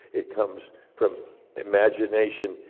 it comes from imagination,